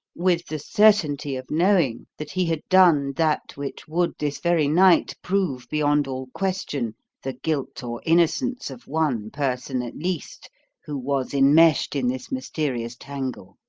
with the certainty of knowing that he had done that which would this very night prove beyond all question the guilt or innocence of one person at least who was enmeshed in this mysterious tangle.